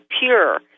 pure